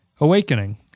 Awakening